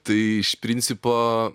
tai iš principo